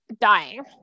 dying